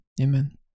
amen